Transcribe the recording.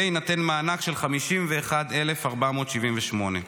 ויינתן מענק של 51,478 שקלים.